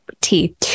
tea